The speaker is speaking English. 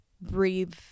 breathe